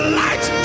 light